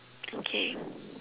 okay